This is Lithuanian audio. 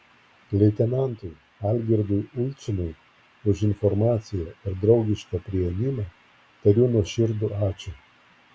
leitenantui algirdui ulčinui už informaciją ir draugišką priėmimą tariu nuoširdų ačiū